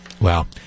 wow